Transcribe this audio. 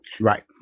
Right